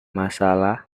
masalah